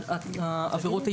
העבירות הייעודיות.